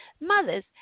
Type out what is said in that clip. mothers